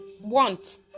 want